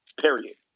period